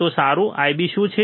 તો તમારું IB શું હશે